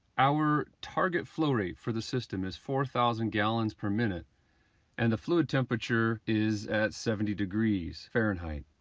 our target flow rate for the system is four thousand gallons per minute and the fluid temperature is at seventy degrees fahrenheit.